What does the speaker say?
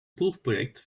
proefproject